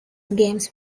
games